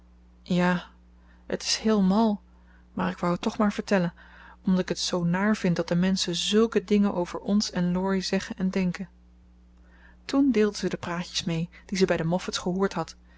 ja het is heel mal maar ik wou het toch maar vertellen omdat ik het zoo naar vind dat de menschen zulke dingen over ons en laurie zeggen en denken toen deelde ze de praatjes mee die ze bij de moffats gehoord had